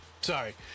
Sorry